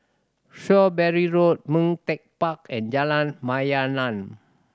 Shrewsbury Road Ming Teck Park and Jalan Mayaanam